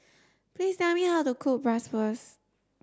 please tell me how to cook Bratwurst